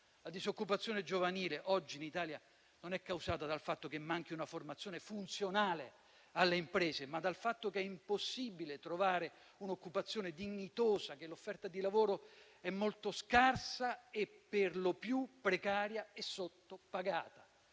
La disoccupazione giovanile in Italia oggi non è causata dal fatto che manchi una formazione funzionale alle imprese, ma dal fatto che spesso è impossibile trovare un'occupazione dignitosa e che l'offerta di lavoro è molto scarsa e perlopiù precaria e sottopagata.